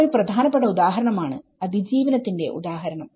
ഇത് ഒരു പ്രധാനപ്പെട്ട ഉദാഹരണമാണ് അതിജീവനത്തിന്റെ ഉദാഹരണം